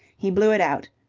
he blew it out,